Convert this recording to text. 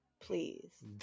please